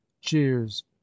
Cheers